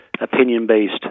opinion-based